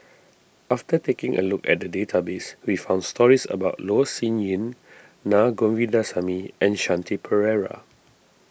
after taking a look at the database we found stories about Loh Sin Yun Na Govindasamy and Shanti Pereira